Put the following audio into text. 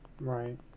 right